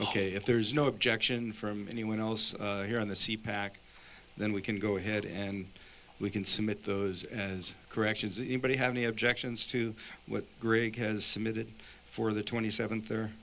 ok if there's no objection from anyone else here on the c pack then we can go ahead and we can submit those as corrections anybody have any objections to what greg has submitted for the twenty seventh or